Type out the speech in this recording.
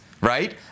right